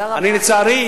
לצערי,